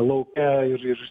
lauke ir ir